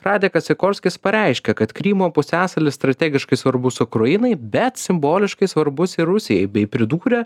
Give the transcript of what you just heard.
radekas sikorskis pareiškė kad krymo pusiasalis strategiškai svarbus ukrainai bet simboliškai svarbus ir rusijai bei pridūrė